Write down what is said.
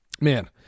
man